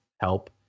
help